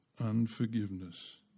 unforgiveness